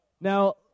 Now